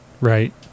right